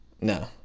No